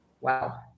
Wow